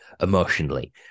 emotionally